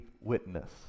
witness